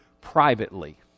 privately